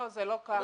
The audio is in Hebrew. לא, זה לא ככה.